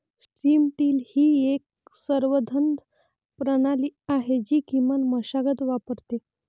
strip till ही एक संवर्धन प्रणाली आहे जी किमान मशागत वापरते